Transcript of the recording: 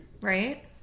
Right